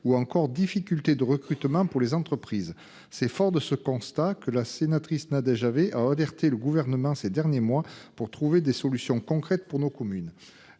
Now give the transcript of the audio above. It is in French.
ou encore difficultés de recrutement pour les entreprises. Forte de ce constat, ma collègue Nadège Havet a alerté le Gouvernement ces derniers mois afin de trouver des solutions concrètes pour nos communes.